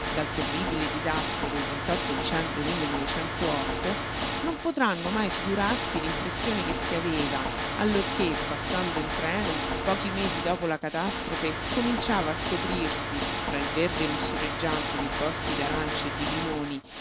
dal terribile disastro del dicembre non potranno mai figurarsi l'impressione che si aveva allorché passando in treno pochi mesi dopo la catastrofe cominciava a scoprirsi tra il verde lussureggiante dei boschi d'aranci e di limoni